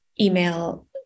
email